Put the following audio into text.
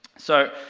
so,